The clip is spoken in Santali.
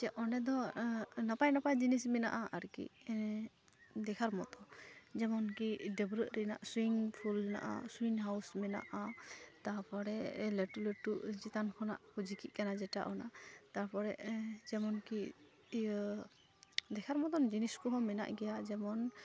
ᱪᱮᱫ ᱚᱸᱰᱮᱫᱚ ᱱᱟᱯᱟᱭᱼᱱᱟᱯᱟᱭ ᱡᱤᱱᱤᱥ ᱢᱮᱱᱟᱜᱼᱟ ᱟᱨᱠᱤ ᱫᱮᱠᱷᱟᱨ ᱢᱚᱛᱚ ᱡᱮᱢᱚᱱᱠᱤ ᱰᱟᱹᱵᱽᱨᱟᱹᱜ ᱨᱮᱱᱟᱜ ᱥᱩᱭᱤᱝᱯᱷᱩᱞ ᱦᱮᱱᱟᱜᱼᱟ ᱥᱩᱭᱤᱝᱦᱟᱣᱩᱥ ᱢᱮᱱᱜᱟᱼᱟ ᱛᱟᱯᱚᱨᱮ ᱞᱟᱹᱴᱩᱼᱞᱟᱹᱴᱩ ᱪᱮᱛᱟᱱ ᱠᱷᱚᱱᱟᱜᱠᱚ ᱡᱤᱠᱤᱜ ᱠᱟᱱᱟ ᱡᱮᱴᱟ ᱚᱱᱟ ᱛᱟᱯᱚᱨᱮ ᱡᱮᱢᱚᱱᱠᱤ ᱤᱭᱟᱹ ᱫᱮᱠᱷᱟᱨ ᱢᱚᱛᱚᱱ ᱡᱤᱱᱤᱥᱠᱚ ᱦᱚᱸ ᱢᱮᱱᱟᱜ ᱜᱮᱭᱟ ᱡᱮᱢᱚᱱ